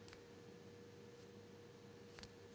నాకు నా credit card limit తెలుసుకోవడం ఎలా?